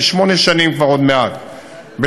אני כבר כשמונה שנים עוד מעט בתפקידי,